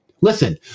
Listen